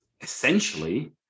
essentially